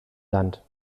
land